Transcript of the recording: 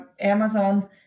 Amazon